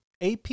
AP